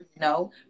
No